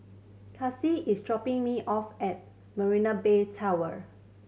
Kasey is dropping me off at Marina Bay Tower